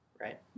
right